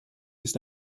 ist